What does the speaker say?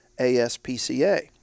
ASPCA